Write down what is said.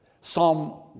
Psalm